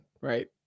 right